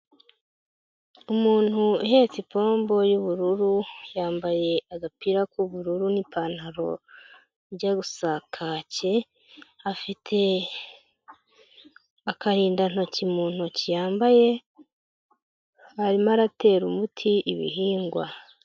Umuntu uhetse ipombo y'ubururu, yambaye agapira k'ubururu n'ipantaro bijya gusa kake, afite akarindantoki mu ntoki yambaye, arimo aratera umuti ibihingwa.